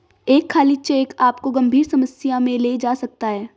एक खाली चेक आपको गंभीर समस्या में ले जा सकता है